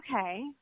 okay